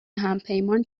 همپیمان